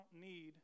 need